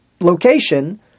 Location